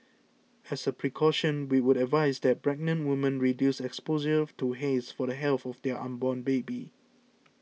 as a precaution we would advise that pregnant women reduce exposure to haze for the health of their unborn baby